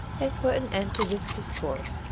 and put an end to this discord,